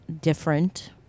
different